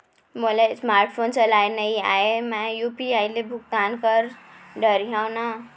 मोला smart phone चलाए नई आए मैं यू.पी.आई ले भुगतान कर डरिहंव न?